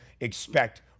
expect